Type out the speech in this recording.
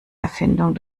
erfindung